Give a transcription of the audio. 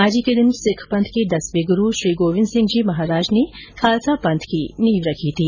आज ही के दिन सिख पंथ के दसवें गुरु श्री गोविंद सिंह जी महाराज ने खालसा पंथ की नींव रखी थी